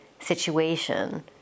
situation